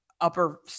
upper